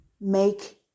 make